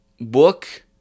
book